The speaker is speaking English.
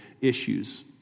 issues